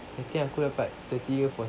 I think aku dapat thirty forty